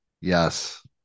Yes